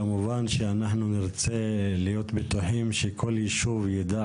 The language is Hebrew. כמובן שנרצה להיות בטוחים שכל יישוב יידע